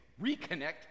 reconnect